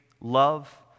love